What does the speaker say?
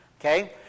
okay